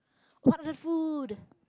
wonderful